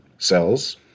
cells